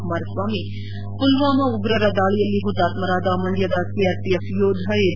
ಕುಮಾರಸ್ವಾಮಿ ಮಲ್ವಾಮಾ ಉಗ್ರರ ದಾಳಿಯಲ್ಲಿ ಪುತಾತ್ಮರಾದ ಮಂಡ್ಕದ ಸಿಆರ್ಪಿಎಫ್ ಯೋಧ ಎಚ್